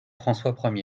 françois